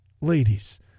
ladies